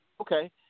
okay